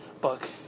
book